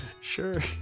Sure